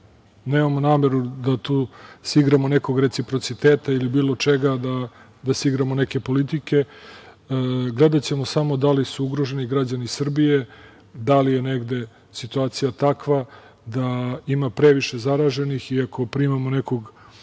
Nemamo nameru da se tu igramo nekog reciprociteta ili bilo čega, da se igramo neke politike, gledaćemo samo da li su ugroženi građani Srbije, da li je negde situacija takva da ima previše zaraženih i ako primamo nekog